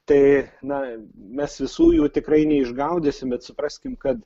tai na mes visų jų tikrai neišgaudysim bet supraskim kad